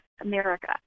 america